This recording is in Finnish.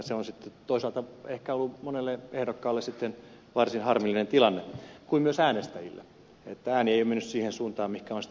se on sitten toisaalta ehkä ollut monelle ehdokkaalle varsin harmillinen tilanne niin kuin myös äänestäjille että ääni ei ole mennyt siihen suuntaan mihinkä on ajatellut